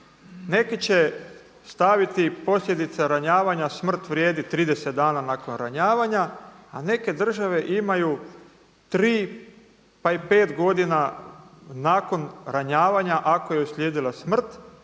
Neki će staviti posljedice ranjavanja, smrt vrijedi 30 dana nakon ranjavanja a neke države imaju 3 pa i 5 godina nakon ranjavanja ako je uslijedila smrt,